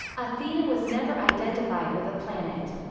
athena was never identified with a planet.